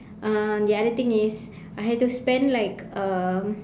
uh the other thing is I had to spend like um